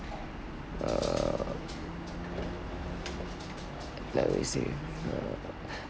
err let we see uh